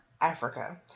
Africa